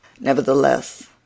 Nevertheless